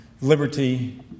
liberty